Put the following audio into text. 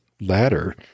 ladder